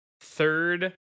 third